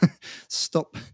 stop